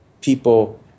people